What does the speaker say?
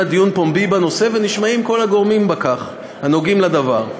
דיון פומבי בנושא ונשמעים כל הגורמים הנוגעים בדבר.